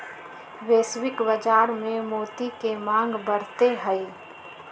वैश्विक बाजार में मोती के मांग बढ़ते हई